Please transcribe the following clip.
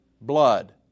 blood